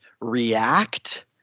react